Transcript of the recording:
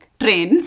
train